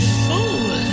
fool